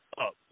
up